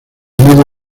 medio